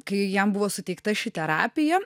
kai jam buvo suteikta ši terapija